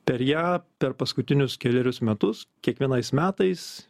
per ją per paskutinius kelerius metus kiekvienais metais